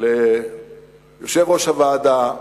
ליושב-ראש הוועדה,